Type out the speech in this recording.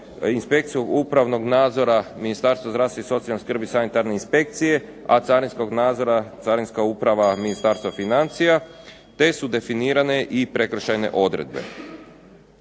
Inspekcijom upravnog nadzora Ministarstva zdravstva i socijalne skrbi sanitarne inspekcija, a carinskog nadzora Carinska uprava Ministarstva financija, te su definirane i prekršajne odredbe.